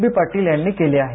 बी पाटील यांनी केलं आहे